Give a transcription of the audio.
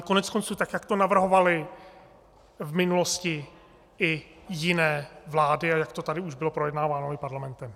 Koneckonců tak jak to navrhovaly v minulosti i jiné vlády a jak to tady už bylo projednáváno i parlamentem.